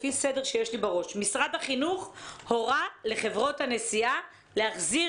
לפי סדר שיש לי בראש: משרד החינוך הורה לחברות הנסיעות להחזיר